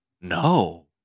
No